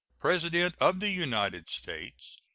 president of the united states,